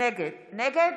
נגד?